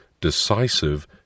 decisive